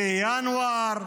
בינואר,